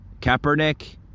Kaepernick